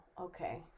okay